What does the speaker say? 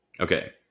Okay